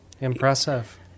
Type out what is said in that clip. impressive